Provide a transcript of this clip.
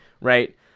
right